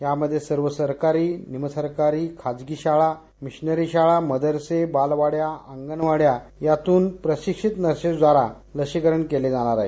त्यामध्ये सर्व सरकारी नीम सरकारी खाजगी शाळा मिशनरी शाळा मदरसे बालवाड्या अंगणवाड्या यातून प्रशिक्षित नर्सेस द्वारा लसिकरण केले जाणार आहे